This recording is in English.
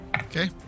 Okay